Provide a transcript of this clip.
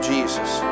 Jesus